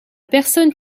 personne